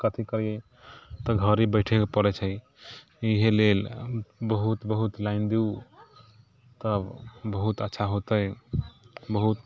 कथी करिए तऽ घरही बैठैके पड़ै छै ईहे लेल बहुत बहुत लाइन दू तब बहुत अच्छा होतै बहुत